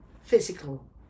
physical